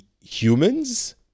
humans